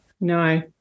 no